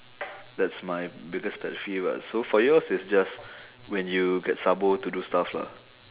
that's my biggest pet peeve lah so for yours is just when you get sabo to do stuff lah